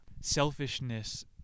selfishness